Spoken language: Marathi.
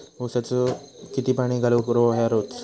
ऊसाक किती पाणी घालूक व्हया रोज?